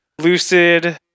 lucid